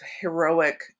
heroic